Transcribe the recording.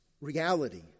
reality